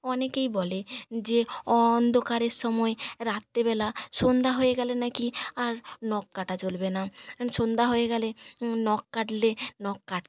অনেকেই বলে যে অন্ধকারের সময় রাত্রেবেলা সন্ধ্যা হয়ে গেলে না কি আর নখ কাটা চলবে না সন্ধ্যা হয়ে গেলে নখ কাটলে নখ কাটতে নেই